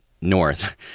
north